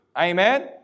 Amen